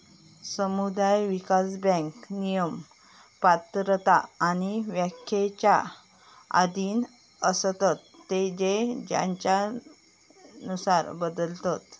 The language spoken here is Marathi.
समुदाय विकास बँक नियम, पात्रता आणि व्याख्येच्या अधीन असतत जे राज्यानुसार बदलतत